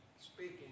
speaking